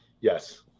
Yes